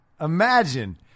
imagine